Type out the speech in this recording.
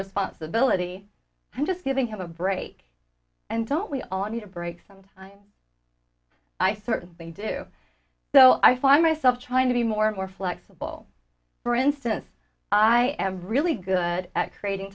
responsibility i'm just giving him a break and don't we all need a break some time i certainly do so i find myself trying to be more more flexible for instance i am really good at creating